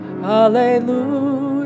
hallelujah